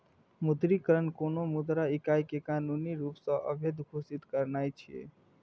विमुद्रीकरण कोनो मुद्रा इकाइ कें कानूनी रूप सं अवैध घोषित करनाय छियै